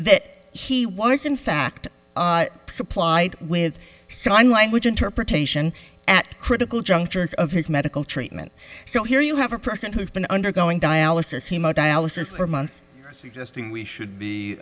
that he was in fact supplied with sign language interpretation at critical junctures of his medical treatment so here you have a person who's been undergoing dialysis haemodialysis for months suggesting we should